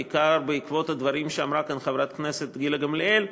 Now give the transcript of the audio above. בעיקר בעקבות הדברים שאמרה כאן חברת הכנסת גילה גמליאל: